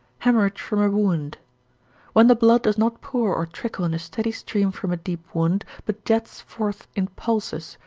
haemorrhage from a wound when the blood does not pour or trickle in a steady stream from a deep wound, but jets forth in pulses,